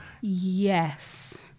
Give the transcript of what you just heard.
Yes